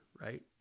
right